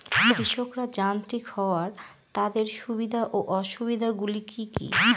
কৃষকরা যান্ত্রিক হওয়ার তাদের সুবিধা ও অসুবিধা গুলি কি কি?